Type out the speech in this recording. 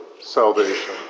salvation